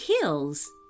hills